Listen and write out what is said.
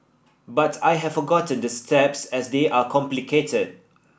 but I have forgotten the steps as they are complicated